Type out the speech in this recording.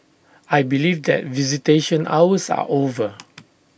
I believe that visitation hours are over